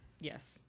Yes